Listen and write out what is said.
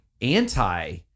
anti